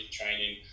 training